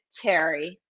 Terry